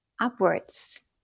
upwards